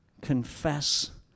confess